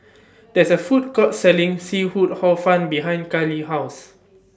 There IS A Food Court Selling Seafood Hor Fun behind Carli's House